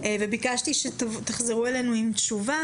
וביקשתי שתחזרו אלינו עם תשובה,